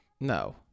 No